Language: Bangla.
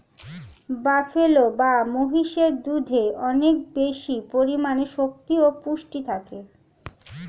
বাফেলো বা মহিষের দুধে অনেক বেশি পরিমাণে শক্তি ও পুষ্টি থাকে